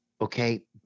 Okay